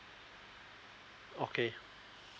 okay